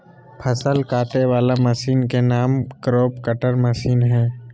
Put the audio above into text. फसल काटे वला मशीन के नाम क्रॉप कटर मशीन हइ